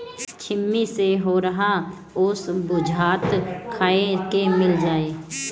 छिम्मी के होरहा असो बुझाता खाए के मिल जाई